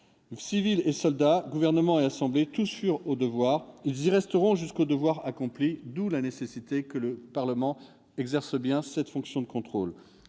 Civils et soldats, gouvernements et assemblées, tous furent au devoir. Ils y resteront jusqu'au devoir accompli. » On le voit, il est important que le Parlement exerce sa fonction de contrôle.